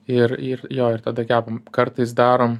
ir ir jo ir tada kepam kartais darom